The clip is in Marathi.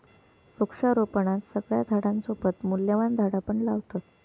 वृक्षारोपणात सगळ्या झाडांसोबत मूल्यवान झाडा पण लावतत